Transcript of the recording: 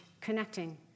connecting